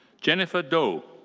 jennifer do.